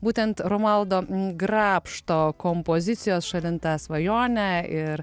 būtent romualdo grabšto kompozicijos šalin tą svajonę ir